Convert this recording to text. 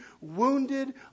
wounded